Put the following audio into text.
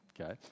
Okay